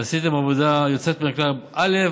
ועשיתם עבודה יוצאת מן הכלל, א.